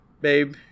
babe